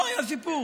לא היה סיפור,